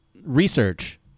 research